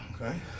Okay